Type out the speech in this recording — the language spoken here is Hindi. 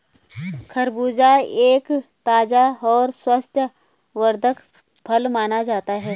खरबूजा एक ताज़ा और स्वास्थ्यवर्धक फल माना जाता है